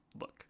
look